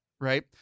right